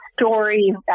story